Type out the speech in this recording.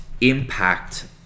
impact